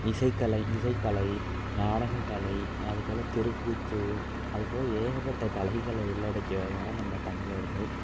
இசைக்கலை இசைக்கலை நாடகக்கலை அது போல் தெருக்கூத்து அது போல் ஏகப்பட்ட கலைகளை உள்ளடக்கியவர்கள் தான் நம்ம தமிழர்கள்